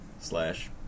slash